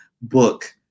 book